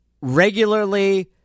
regularly